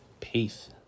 peace